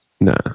No